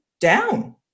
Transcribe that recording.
down